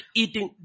eating